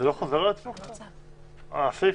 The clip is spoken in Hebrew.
זה לא חוזר על עצמו קצת, הסיפה?